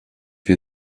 wir